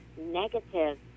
negative